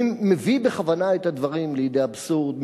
אני מביא בכוונה את הדברים לידי אבסורד,